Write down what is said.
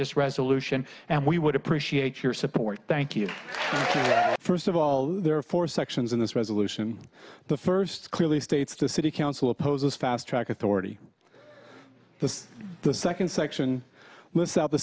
this resolution and we would appreciate your support thank you first of all there are four sections in this resolution the first clearly states the city council opposes fast track authority the the second section of the